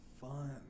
fun